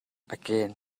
again